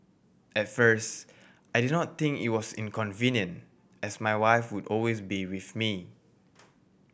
at first I did not think it was inconvenient as my wife would always be with me